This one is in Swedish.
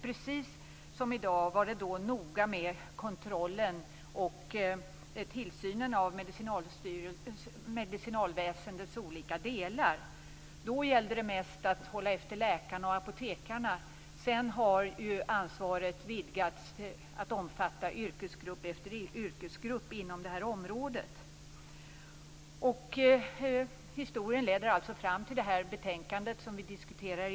Precis som i dag var det då noga med kontrollen och tillsynen av medicinalväsendets olika delar. Då gällde det mest att hålla efter läkarna och apotekarna. Sedan har ju ansvaret vidgats till att omfatta yrkesgrupp efter yrkesgrupp inom det här området. Historien leder alltså fram till det betänkande som vi i dag diskuterar.